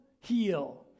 heal